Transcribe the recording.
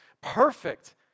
perfect